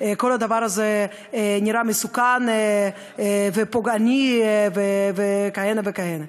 וכל הדבר הזה נראה מסוכן ופוגעני וכהנה וכהנה.